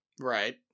Right